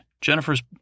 Jennifer's